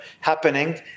happening